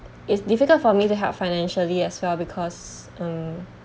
it's difficult for me to help financially as well because mm